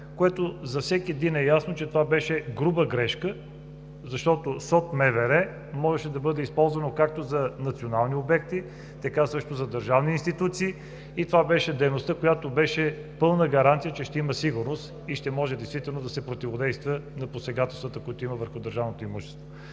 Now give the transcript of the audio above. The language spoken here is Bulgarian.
което е ясно за всеки, че това беше груба грешка, защото СОД-МВР можеше да бъде използвано както за национални обекти, така и за държавни институции и това беше дейността, която беше пълна гаранция, че ще има сигурност и ще може действително да се противодейства на посегателствата, които има върху държавното имущество.